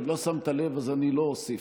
אם לא שמת לב אז אני לא אוסיף.